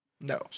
No